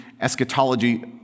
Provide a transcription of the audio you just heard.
eschatology